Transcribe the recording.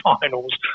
finals